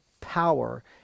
power